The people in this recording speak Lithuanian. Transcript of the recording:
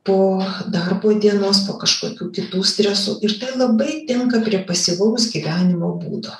po darbo dienos po kažkokių kitų stresų ir tai labai tinka prie pasyvaus gyvenimo būdo